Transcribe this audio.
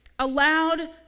allowed